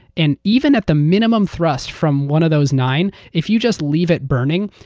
and even at the minimum thrust from one of those nine, if you just leave it burning,